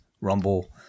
rumble